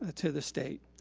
ah to the state.